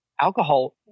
alcohol